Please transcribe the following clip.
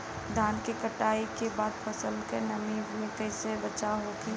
धान के कटाई के बाद फसल के नमी से कइसे बचाव होखि?